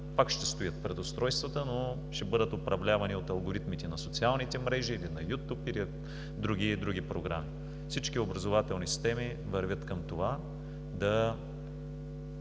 пак ще стоят пред устройствата, но ще бъдат управлявани от алгоритмите на социалните мрежи, на Youtube или други програми. Всички образователни системи вървят към това да